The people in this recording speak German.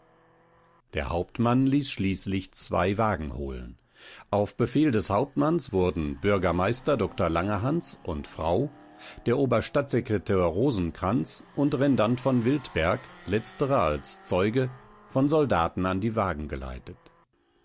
der hauptmann ließ schließlich zwei wagen holen auf befehl des hauptmanns wurden bürgermeister dr langerhans und frau der oberstadtsekretär rosenkranz und rendant v wiltberg letzterer als zeuge von soldaten an die wagen geleitet